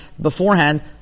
beforehand